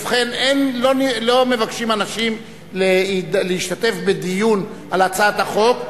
ובכן, לא מבקשים אנשים להשתתף בדיון על הצעת החוק.